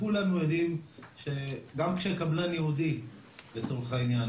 כולנו יודעים שגם כשקבלן יהודי לצורך העניין